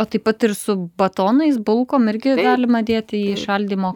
o taip pat ir su batonais bulkom irgi galima dėti į šaldymo